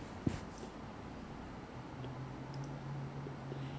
okay five day five day trial five day trial you have to pay nine ninety